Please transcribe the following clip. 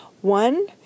One